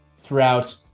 throughout